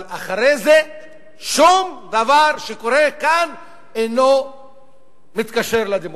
אבל אחרי זה שום דבר שקורה כאן אינו מתקשר לדמוקרטיה.